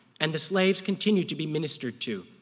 and the slaves continue to be ministered to.